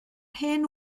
hen